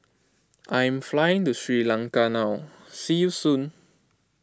I am flying to Sri Lanka now see you soon